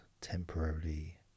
temporarily